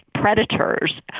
predators